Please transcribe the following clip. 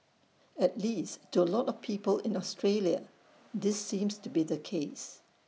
at least to A lot of people in Australia this seems to be the case